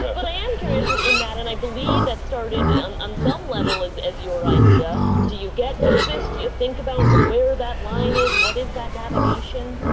ah but i am curious sort of in that, and i believe that started on on some level as your idea. do you get nervous, do you think about sort of where that line is, what is that navigation?